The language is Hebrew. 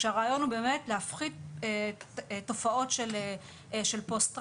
הרעיון הוא להפחית תופעות של פוסט טראומה.